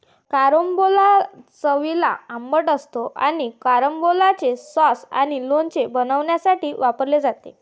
carambola चवीला आंबट असतो आणि कॅरंबोलाचे सॉस आणि लोणचे बनवण्यासाठी वापरला जातो